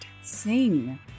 sing